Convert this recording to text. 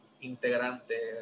integrante